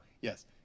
yes